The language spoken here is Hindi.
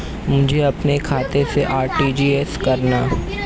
मुझे अपने खाते से आर.टी.जी.एस करना?